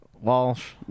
walsh